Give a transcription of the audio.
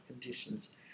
conditions